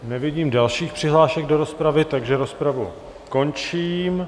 Nevidím dalších přihlášek do rozpravy, takže rozpravu končím.